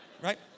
right